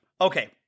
Okay